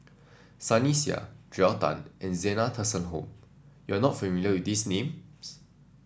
Sunny Sia Joel Tan and Zena Tessensohn you are not familiar with these names